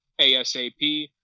ASAP